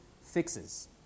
fixes